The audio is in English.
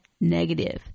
negative